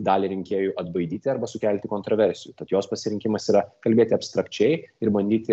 dalį rinkėjų atbaidyti arba sukelti kontroversijų tad jos pasirinkimas yra kalbėti abstrakčiai ir bandyti